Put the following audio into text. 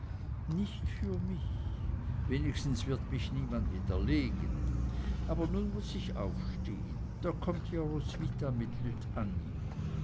nicht für mich wenigstens wird mich niemand widerlegen aber nun muß ich aufstehen da kommt ja roswitha mit